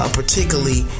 particularly